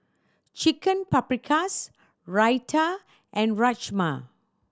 Chicken Paprikas Raita and Rajma